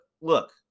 look